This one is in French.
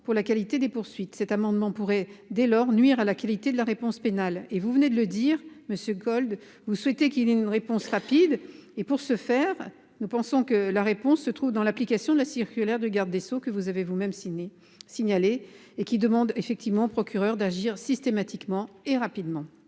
pour la qualité des poursuites cet amendement pourraient dès lors nuire à la qualité de la réponse pénale et vous venez de le dire Monsieur Gold, vous souhaitez qu'il ait une réponse rapide et pour ce faire, nous pensons que la réponse se trouve dans l'application de la circulaire du garde des Sceaux, que vous avez vous-même ciné signalé et qui demande effectivement procureur d'agir systématiquement et rapidement,